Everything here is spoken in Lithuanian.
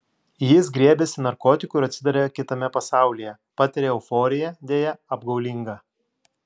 jis griebiasi narkotikų ir atsiduria kitame pasaulyje patiria euforiją deja apgaulingą